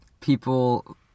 people